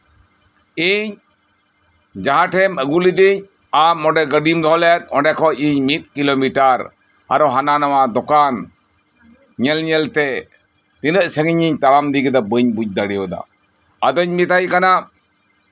ᱤᱧ ᱡᱟᱸᱦᱟ ᱴᱷᱮᱱ ᱮᱢ ᱟᱹᱜᱩ ᱞᱤᱫᱤᱧ ᱟᱢ ᱚᱢᱸᱰᱮ ᱜᱟᱹᱰᱤᱢ ᱫᱚᱦᱚ ᱞᱮᱫ ᱚᱸᱰᱮ ᱠᱷᱚᱱ ᱤᱧ ᱢᱤᱫ ᱠᱤᱞᱳᱢᱤᱴᱟᱨ ᱟᱨᱚ ᱦᱟᱱᱟ ᱱᱟᱣᱟ ᱫᱚᱠᱟᱱ ᱧᱮᱞ ᱧᱮᱞᱛᱮ ᱛᱤᱱᱟᱹᱜ ᱥᱟᱹᱜᱤᱧ ᱤᱧ ᱛᱟᱲᱟᱢ ᱤᱫᱤ ᱠᱮᱫᱟ ᱵᱟᱹᱧ ᱵᱩᱡᱽ ᱫᱟᱲᱮ ᱟᱫᱟ ᱟᱫᱚᱧ ᱢᱮᱛᱟᱭ ᱠᱟᱱᱟ